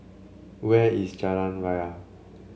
where is Jalan Raya